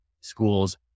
schools